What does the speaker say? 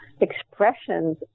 expressions